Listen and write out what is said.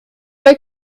pas